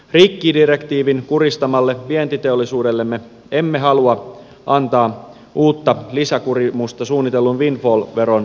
rikkidirektiivin kuristamalle vientiteollisuudellemme emme halua antaa uutta lisäkurimusta suunnitellun windfall veron muodossa